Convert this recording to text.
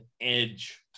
edge